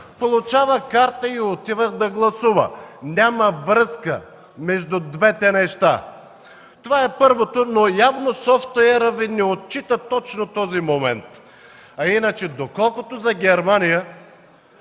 получава карта и отива да гласува. Няма връзка между двете неща. Това е първото. Но явно софтуерът Ви не отчита точно този момент. Колкото за Германия,